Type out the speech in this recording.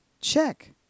Check